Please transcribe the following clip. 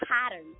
pattern